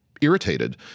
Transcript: irritated